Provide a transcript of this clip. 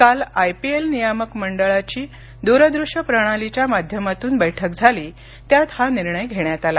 काल I P L नियामक मंडळाची द्रदृष्य प्रणालीच्या माध्यमातून बैठक झाली त्यात हा निर्णय घेण्यात आला